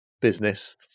business